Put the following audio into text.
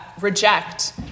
reject